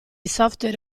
software